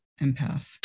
Empath